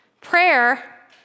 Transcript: Prayer